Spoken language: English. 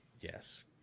Yes